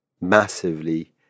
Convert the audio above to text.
massively